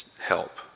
help